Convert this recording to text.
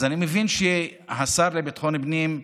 אז אני מבין שהשר לביטחון פנים,